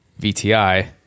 VTI-